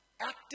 active